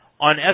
on